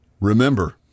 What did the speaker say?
Remember